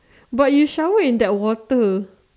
but you shower in that water